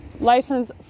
License